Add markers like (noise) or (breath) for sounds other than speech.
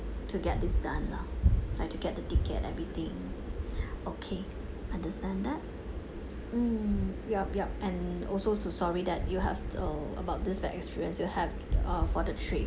to get this done lah like to get the ticket everything (breath) okay understand that mm yup yup and also to sorry that you have uh about this bad experience you have uh for the trip